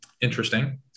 Interesting